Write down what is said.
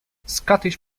scottish